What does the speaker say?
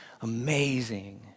amazing